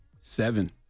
Seven